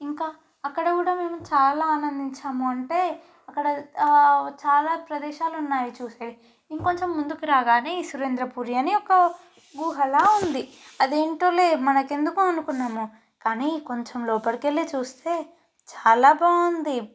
ఇంకా అక్కడ కూడా మేము చాలా ఆనందించాము అంటే అక్కడ చాలా ప్రదేశాలు ఉన్నాయి చూసే ఇంకొంచెం ముందుకు రాగానే సురేంద్రపురి అని ఒక గుహలా ఉంది అది ఏంటోలే మనకి ఎందుకు అనుకున్నాము కానీ కొంచెం లోపలి వెళ్ళి చూస్తే చాలా బాగుంది